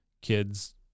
kids